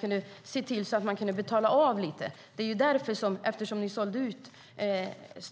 kunde se till att betala av lite och frisera siffrorna något.